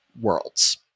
worlds